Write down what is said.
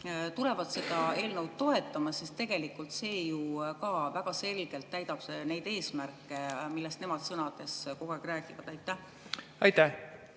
tulevad seda eelnõu toetama, sest tegelikult see ju ka väga selgelt täidab neid eesmärke, millest nemad sõnades kogu aeg räägivad. Aitäh,